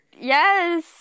Yes